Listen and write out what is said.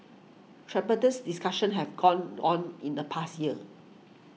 tripartites discussions have gone on in the past year